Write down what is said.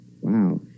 Wow